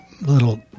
little